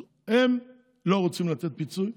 אז הם לא רוצים לתת פיצוי.